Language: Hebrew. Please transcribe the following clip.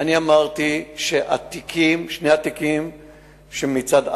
אני אמרתי ששני התיקים שמצד א'